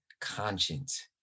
conscience